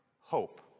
hope